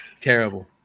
Terrible